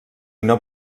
una